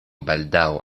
baldaŭ